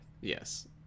Yes